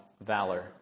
valor